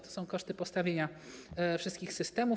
To są koszty postawienia wszystkich systemów.